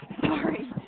Sorry